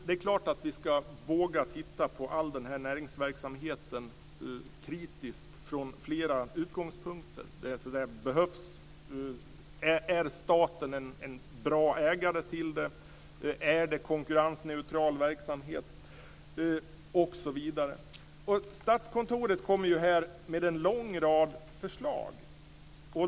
Det är klart att vi ska våga titta kritiskt på den här näringsverksamheten från flera utgångspunkter. Det behövs. Är staten en bra ägare? Är det en konkurrensneutral verksamhet? Statskontoret kommer ju med en lång rad förslag.